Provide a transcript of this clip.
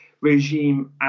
regime